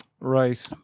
Right